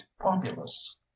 populists